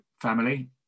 family